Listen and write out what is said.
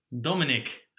Dominic